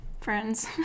Friends